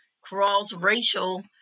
cross-racial